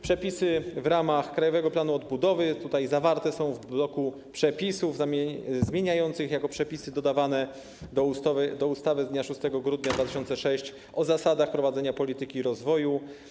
Przepisy w ramach Krajowego Planu Odbudowy zawarte są w bloku przepisów zmieniających jako przepisy dodawane do ustawy z dnia 6 grudnia 2006 r. o zasadach prowadzenia polityki rozwoju.